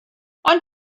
ond